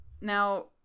now